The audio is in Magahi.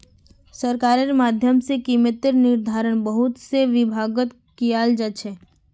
सरकारेर माध्यम से कीमतेर निर्धारण बहुत से विभागत कियाल जा छे